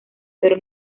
pero